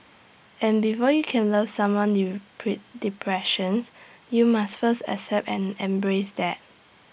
and before you can love someone pre depressions you must first accept and embrace that